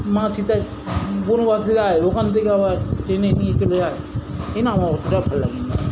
মা সীতা বনবাসে যায় ওখান থেকে আবার টেনে নিয়ে চলে যায় এই জন্য আমার অতটা ভালো লাগেনি